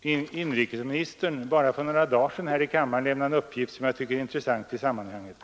inrikesministern för bara några dagar sedan här i kammaren lämnade en uppgift, som jag tycker är intressant i sammanhanget.